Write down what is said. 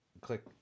click